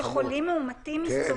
שחולים מאומתים יסתובבו?